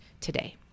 today